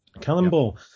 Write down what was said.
Cannonball